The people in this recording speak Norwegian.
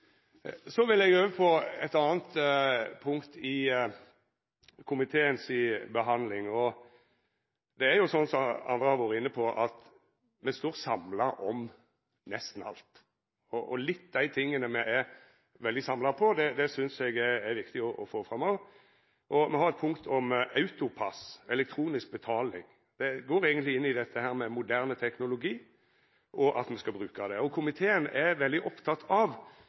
Så vil eg over på eit anna punkt i komiteens behandling. Som andre har vore inne på, står me samla om nesten alt. Noko av det me er veldig samla om, synest eg det òg er viktig å få fram. Me har eit punkt om AutoPASS, elektronisk betaling. Det går eigentleg inn i dette med moderne teknologi, og at me skal bruka han. Komiteen er veldig oppteken av